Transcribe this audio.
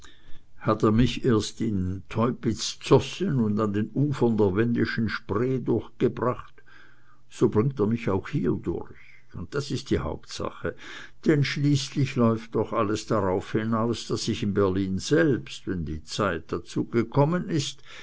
hat er mich erst in teupitz zossen und an den ufern der wendischen spree durchgebracht so bringt er mich auch hier durch und das ist die hauptsache denn schließlich läuft doch alles darauf hinaus daß ich in berlin selbst wenn die zeit dazu gekommen ist